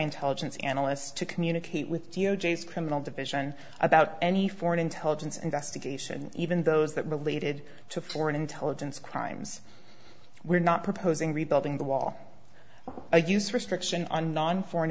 intelligence analysts to communicate with d o j criminal division about any foreign intelligence investigation even those that related to foreign intelligence crimes we're not proposing rebuilding the wall i use restriction on non foreign